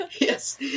yes